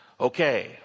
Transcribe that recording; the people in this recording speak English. Okay